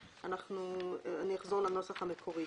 אני אחזור לנוסח המקורי.